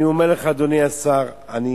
אני אומר לך, אדוני השר, אני